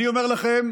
אני אומר לכם,